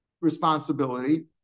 responsibility